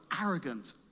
arrogant